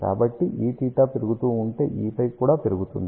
కాబట్టి Eθ పెరుగుతూ ఉంటే Eφ కూడా పెరుగుతుంది